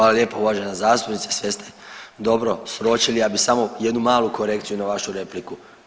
Hvala lijepo uvažena zastupnice, sve ste dobro sročili, ja bi samo jednu malu korekciju na vašu repliku.